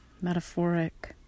metaphoric